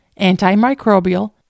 antimicrobial